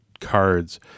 cards